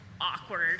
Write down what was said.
awkward